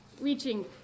reaching